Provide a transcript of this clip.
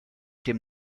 dem